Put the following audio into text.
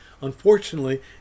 Unfortunately